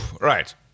Right